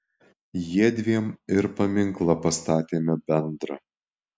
jiedviem ir paminklą pastatėme bendrą